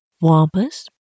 Wampus